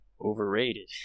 Overrated